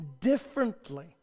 differently